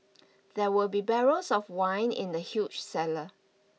there were be barrels of wine in the huge cellar